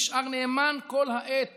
נשאר נאמן כל העת